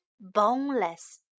boneless